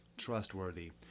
trustworthy